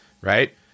right